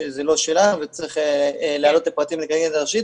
שזה לא שלנו וצריך להעלות לפרטים את הכלכלנית הראשית.